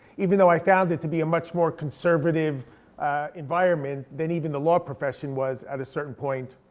even though i found it to be a much more conservative environment than even the law profession was at a certain point.